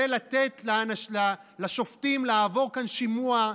ולתת לשופטים לעבור כאן שימוע,